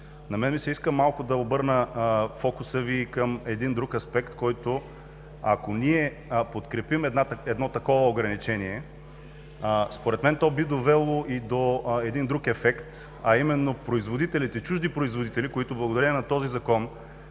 На мен ми се иска малко да обърна фокуса Ви и към един друг аспект. Ако ние подкрепим едно такова ограничение, според мен то би довело до друг ефект, а именно чуждите производители, които благодарение на този закон